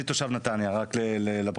אני תושב נתניה רק לפרוטוקול,